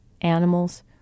animals